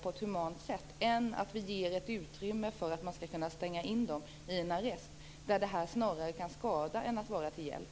Vore inte det bättre än att vi ger ett utrymme för att stänga in dem i en arrest? Det kan ju snarare skada än vara till hjälp.